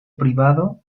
privado